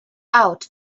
out